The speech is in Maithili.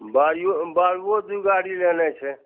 बारियो बालुओ दू गाड़ी लेनाइ छै